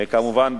כמובן,